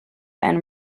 and